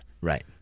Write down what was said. Right